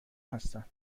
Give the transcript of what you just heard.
هستن